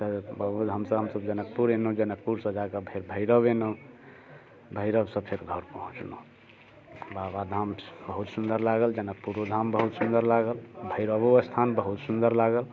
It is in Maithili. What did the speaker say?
तऽ बाबाधामसँ हमसभ जनकपुर एनौ जनकपुरसँ जाकऽ फेर भैरव एनौ भैरवसँ फेर घर पहुँचनौ बाबाधाम बहुत सुन्दर लागल जनकपुरो धाम बहुत सुन्दर लागल भैरवो स्थान बहुत सुन्दर लागल